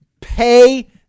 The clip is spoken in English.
Pay